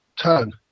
turn